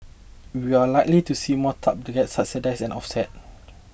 we are likely to see more targeted subsidies and offset